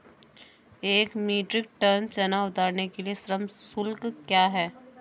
एक metric ton चना उतारने के लिए श्रम शुल्क क्या है?